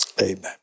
Amen